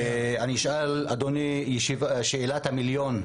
אני אשאל את שאלת המיליון,